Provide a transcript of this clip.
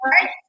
right